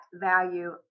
value